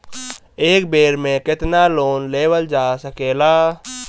एक बेर में केतना लोन लेवल जा सकेला?